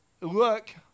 look